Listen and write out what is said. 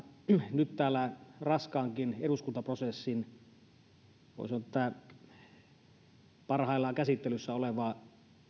nyt täällä raskaassakin eduskuntaprosessissa parhaillaan käsittelyssä oleva